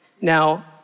Now